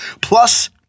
plus